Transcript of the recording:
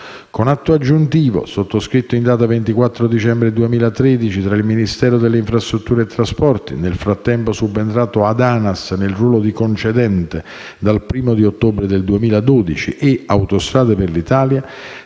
Con l'atto aggiuntivo sottoscritto in data 24 dicembre 2013 tra il Ministero delle infrastrutture e dei trasporti - nel frattempo subentrato ad ANAS nel ruolo di concedente dal 1° ottobre 2012 - e Autostrade per l'Italia